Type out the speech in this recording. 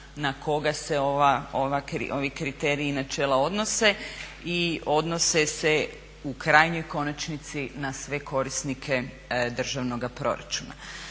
na koga se ovi kriteriji i načela odnose i odnose se u krajnjoj konačnici na sve korisnike državnoga proračuna.